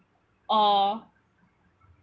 or